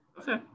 okay